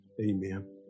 Amen